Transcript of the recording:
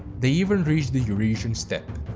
they even reached the eurasian steppe.